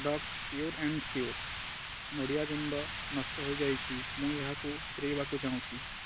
product pure and sure ନଡ଼ିଆ ଗୁଣ୍ଡ ନଷ୍ଟ ହୋଇଯାଇଛି ମୁଁ ଏହାକୁ ଫେରାଇବାକୁ ଚାହୁଁଛି